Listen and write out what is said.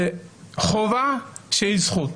חובה שהיא זכות.